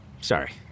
sorry